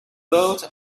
bought